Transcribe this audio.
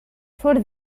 for